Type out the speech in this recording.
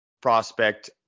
prospect